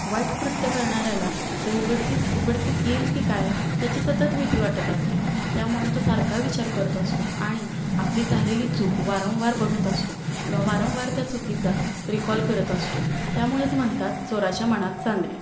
वाईट कृत्य करणाऱ्याला ते उगडतीस उघडकीस येईल की काय त्याची सतत भीती वाटत असते त्यामुळे तो सारखा विचार करत असतो आणि आपली झालेली चूक वारंवार बघत असतो किंवा वारंवार त्या चुकीचा रिकॉल करत असतो त्यामुळेच म्हणतात चोराच्या मनात चांदणे